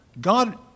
God